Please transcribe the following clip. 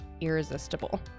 irresistible